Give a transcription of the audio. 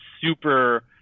super